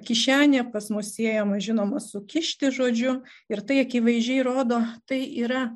kišenė pas mus siejama žinoma su kišti žodžiu ir tai akivaizdžiai rodo tai yra